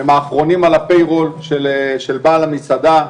הם האחרונים על הפיירול של בעל המסעדה,